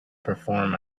perform